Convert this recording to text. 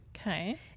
Okay